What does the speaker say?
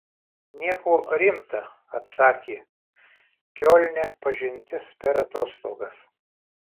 nieko rimta atsakė kiolne pažintis per atostogas